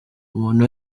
umuntu